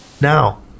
now